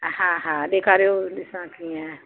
हा हा ॾेखारियो ॾिसां कीअं आहे